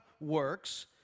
works